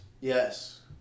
yes